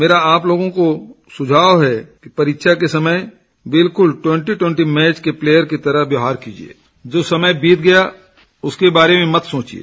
मेरा आप लोगों को सुझाव है कि परीक्षा के समय बिलकुल ट्वेन्टी ट्वेन्टी मैच के प्लेयर की तरह व्यवहार कीजिए जो समय बीत गया उसके बारे में मत सोचिए